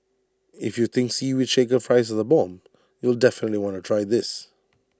if you think Seaweed Shaker fries are the bomb you'll definitely want to try this